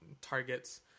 targets